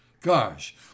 Gosh